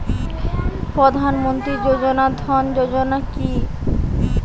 প্রধান মন্ত্রী জন ধন যোজনা কি?